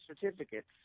certificates